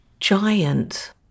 giant